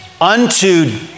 unto